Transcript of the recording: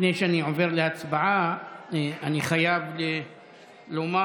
לפני שאני עובר להצבעה אני חייב לומר